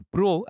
Pro